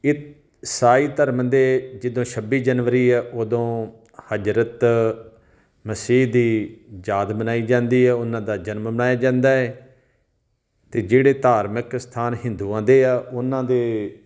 ਇਹ ਈਸਾਈ ਧਰਮ ਦੇ ਜਦੋਂ ਛੱਬੀ ਜਨਵਰੀ ਹੈ ਉਦੋਂ ਹਜ਼ਰਤ ਮਸੀਹ ਦੀ ਯਾਦ ਮਨਾਈ ਜਾਂਦੀ ਹੈ ਉਹਨਾਂ ਦਾ ਜਨਮ ਮਨਾਇਆ ਜਾਂਦਾ ਹੈ ਅਤੇ ਜਿਹੜੇ ਧਾਰਮਿਕ ਸਥਾਨ ਹਿੰਦੂਆਂ ਦੇ ਆ ਉਹਨਾਂ ਦੇ